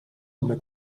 come